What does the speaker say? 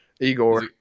Igor